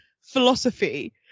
philosophy